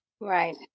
Right